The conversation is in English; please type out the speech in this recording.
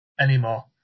anymore